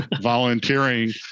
volunteering